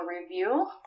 review